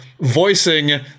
voicing